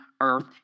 earth